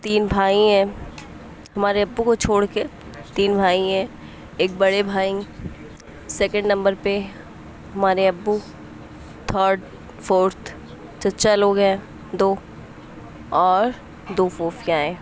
تین بھائی ہیں ہمارے ابو کو چھوڑ کے تین بھائی ہیں ایک بڑے بھائی سیکنڈ نمبر پہ ہمارے ابو تھرڈ فورتھ چچا لوگ ہیں دو اور دو فوفیاں ہیں